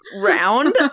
round